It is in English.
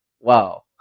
Wow